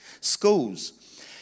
Schools